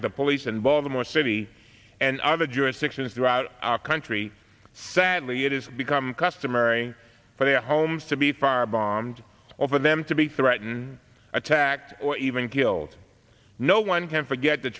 with the police and baltimore city and other jurisdictions throughout our country sadly it has become customary for their homes to be firebombed over them to be threatened attacked or even killed no one can forget the